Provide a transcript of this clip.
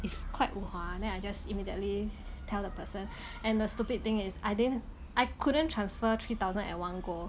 it's quite wu hua then I just immediately tell the person and the stupid thing is I didn't I couldn't transfer three thousand at one go